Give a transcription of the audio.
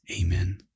Amen